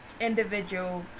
individual